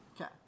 Okay